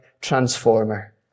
transformer